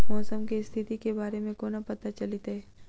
मौसम केँ स्थिति केँ बारे मे कोना पत्ता चलितै?